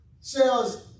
says